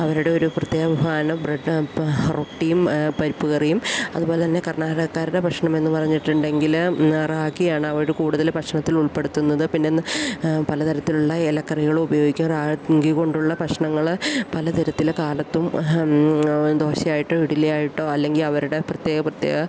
അവരുടെ ഒരു പ്രത്യേക വിഭവമാണ് ബ്രഡ് പ് റൊട്ടിയും പരിപ്പ് കറിയും അതുപോലെ തന്നെ കർണാടകക്കാരുടെ ഭക്ഷണം എന്ന് പറഞ്ഞിട്ടുണ്ടെങ്കില് റാഗിയാണ് അവിടെ കൂടുതല് ഭക്ഷണത്തിൽ ഉൾപ്പെടുത്തുന്നത് പിന്നൊന്ന് പലതരത്തിലുള്ള ഇലക്കറികളുപയോഗിക്കുക റാഗി കൊണ്ടുള്ള ഭക്ഷണങ്ങള് പലതരത്തില് കാലത്തും ദോശയായിട്ടോ ഇഡലിയായിട്ടോ അല്ലെങ്കിൽ അവരുടെ പ്രത്യേക പ്രത്യേക